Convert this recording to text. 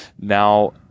now